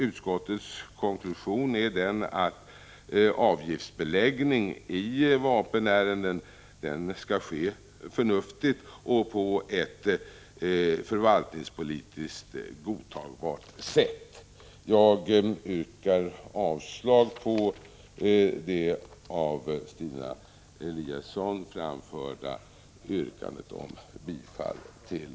Utskottets konklusion är den att avgiftsbeläggning i vapenärenden skall ske förnuftigt och på ett förvaltningspolitiskt godtagbart sätt. Jag yrkar avslag på det av Stina Eliasson framförda yrkandet om bifall till